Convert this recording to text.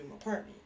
apartment